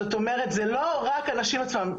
זאת אומרת, זה לא רק הנשים עצמן.